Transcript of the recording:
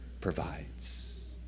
provides